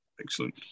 Excellent